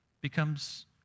becomes